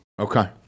Okay